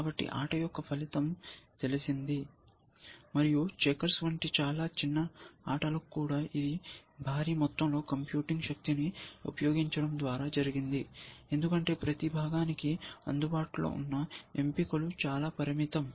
కాబట్టి ఆట యొక్క ఫలితం తెలిసింది మరియు చెకర్స్ వంటి చాలా చిన్న ఆటలకు కూడా ఇది భారీ మొత్తంలో కంప్యూటింగ్ శక్తిని ఉపయోగించడం ద్వారా జరిగింది ఎందుకంటే ప్రతి భాగానికి అందుబాటులో ఉన్న ఎంపికలు చాలా పరిమితం